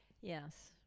yes